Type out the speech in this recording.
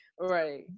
right